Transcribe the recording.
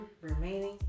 remaining